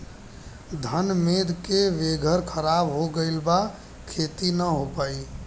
घन मेघ से वेदर ख़राब हो गइल बा खेती न हो पाई